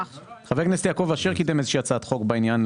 חבר הכנסת יעקב אשר קידם איזה שהיא הצעת חוק בעניין,